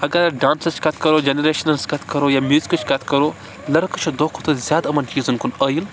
اگر أسۍ ڈانسٕچ کَتھ کَرو جَنریشَنہِ ہنٛز کَتھ کَرو یا میوٗزِکٕچ کَتھ کَرو لٔڑکہٕ چھِ دۄہ کھۄتہٕ دۄہ زیادٕ یِمَن چیٖزَن کُن عٲیِل